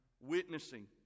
witnessing